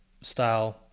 style